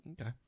Okay